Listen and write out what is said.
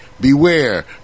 beware